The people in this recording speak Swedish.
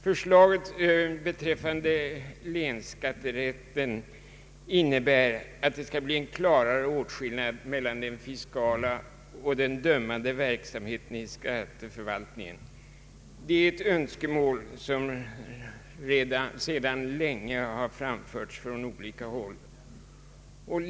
Förslaget beträffande länsskatterätten innebär att det skall bli en klarare åtskillnad mellan den fiskala och den dömande verksamheten i skatteförvalt ningen. Det är ett önskemål som sedan länge har framförts från olika håll.